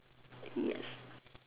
yes